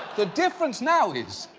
the difference now is,